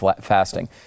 fasting